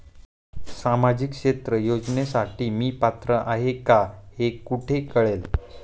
सामाजिक क्षेत्र योजनेसाठी मी पात्र आहे का हे कुठे कळेल?